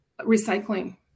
recycling